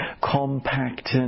compact